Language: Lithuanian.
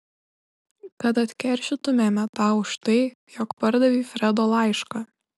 kad atkeršytumėme tau už tai jog pardavei fredo laišką